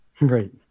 Right